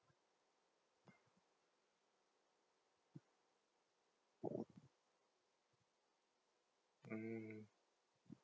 mm